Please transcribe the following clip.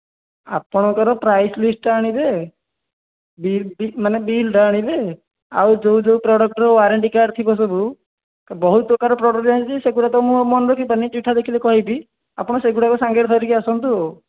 ଆପଣଙ୍କର ପ୍ରାଇସ୍ ଲିଷ୍ଟଟା ଆଣିବେ ବିଲ୍ ବି ମାନେ ବିଲଟା ଆଣିବେ ଆଉ ଯେଉଁ ଯେଉଁ ପ୍ରଡ଼କ୍ଟର ୱାରେଣ୍ଟି କାର୍ଡ଼୍ ଥିବ ସବୁ ବହୁତ ପ୍ରକାର ପ୍ରଡ଼କ୍ଟ୍ ଦିଆ ହେଉଛି ସେଗୁଡ଼ା ତ ମୁଁ ଆଉ ମନେରଖି ପାରୁନି ଚିଠା ଦେଖିଲେ କହିବି ଆପଣ ସେଗୁଡ଼ିକ ସାଙ୍ଗରେ ଧରିକି ଆସନ୍ତୁ ଆଉ